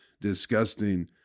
disgusting